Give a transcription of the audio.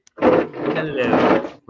Hello